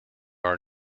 are